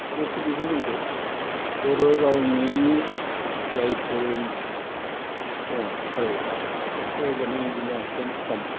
अबयसे बेबो नंगौ बर' रावनि जायफोर दङ फरायग्रा बे फरायग्रानि अनजिमाया एकदम